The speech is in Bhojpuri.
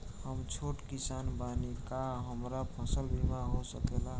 हम छोट किसान बानी का हमरा फसल बीमा हो सकेला?